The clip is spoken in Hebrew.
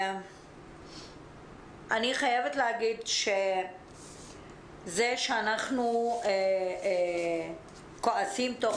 אני חייבת להגיד שזה שאנחנו כועסים תוך